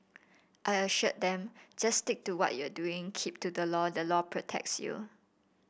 I assured them just stick to what you are doing keep to the law the law protects you